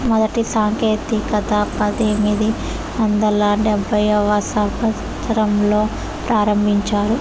మొదటి సాంకేతికత పద్దెనిమిది వందల డెబ్భైవ సంవచ్చరంలో ప్రారంభించారు